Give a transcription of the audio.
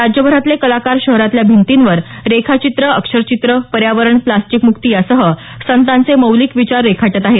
राज्यभरातले कलाकार शहरातल्या भिंतींवर रेखाचित्र अक्षरचित्र पर्यावरण प्लास्टिकमुक्ती यांसह संतांचे मौलिक विचार रेखाटत आहेत